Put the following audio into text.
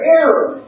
error